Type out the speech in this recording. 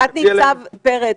תת ניצב פרץ,